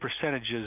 percentages